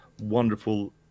wonderful